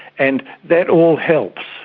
and that all helps.